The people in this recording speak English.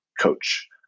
coach